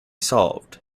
solved